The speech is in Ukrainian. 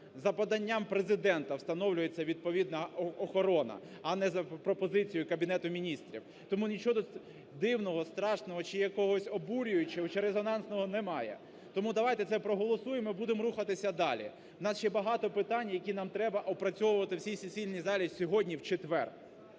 за поданням Президента встановлюється відповідна охорона, а не за пропозицією Кабінету Міністрів. Тому нічого тут дивного, страшного чи якогось обурюючого чи резонансного немає. Тому давайте це проголосуємо і будемо рухатися далі. В нас ще багато питань, які нам треба опрацьовувати в цій сесійній залі сьогодні в четвер.